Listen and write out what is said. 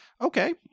Okay